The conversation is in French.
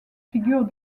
figure